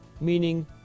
meaning